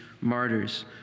martyrs